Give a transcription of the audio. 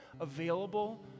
available